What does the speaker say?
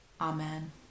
Amen